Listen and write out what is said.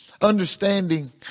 understanding